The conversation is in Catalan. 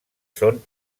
són